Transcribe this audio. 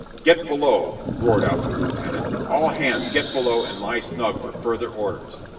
get below! roared out the lieutenant. all hands get below and lie snug for further orders!